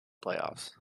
playoffs